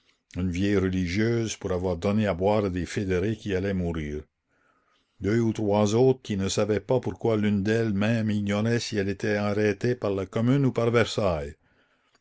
une vieille religieuse pour avoir donné à boire à des fédérés qui allaient mourir deux ou trois autres qui ne savaient pas pourquoi l'une d'elles même ignorait si elle était arrêtée par la commune ou par versailles